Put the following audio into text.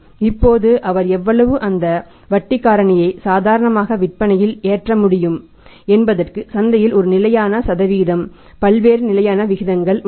இப்போது அவர் எவ்வளவு அந்த வட்டி காரணியை சாதாரணமாக விற்பனையில் ஏற்ற முடியும் என்பதற்கு சந்தையில் ஒரு நிலையான சதவீதம் பல்வேறு நிலையான விகிதங்கள் உள்ளது